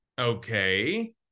Okay